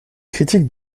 critiques